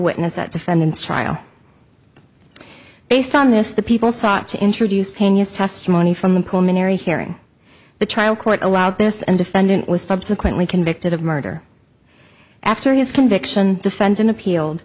witness that defendant's trial based on this the people sought to introduce pena's testimony from the pulmonary hearing the trial court allowed this and defendant was subsequently convicted of murder after his conviction defendant appealed